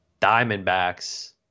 Diamondbacks